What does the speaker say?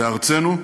בארצנו,